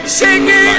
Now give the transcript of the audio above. shaking